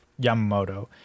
Yamamoto